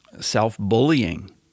self-bullying